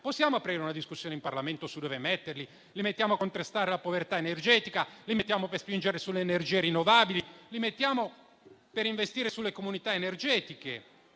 possiamo aprire una discussione in Parlamento su dove metterli? Li mettiamo per contrastare la povertà energetica, li mettiamo per spingere sulle energie rinnovabili o per investire sulle comunità energetiche?